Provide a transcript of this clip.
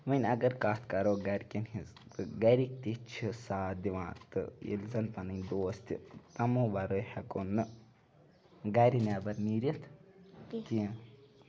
وۄنۍ اگر کَتھ کَرو گَرِکٮ۪ن ہِنٛز تہٕ گَرِکۍ تہِ چھِ ساتھ دِوان تہٕ ییٚلہِ زَن پَنٕنۍ دوس تہِ تِمو وَرٲے ہٮ۪کو نہٕ گَرِ نٮ۪بَر نیٖرِتھ کینٛہہ